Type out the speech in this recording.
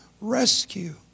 rescue